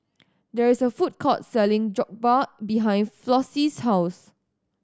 there is a food court selling Jokbal behind Flossie's house